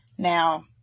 Now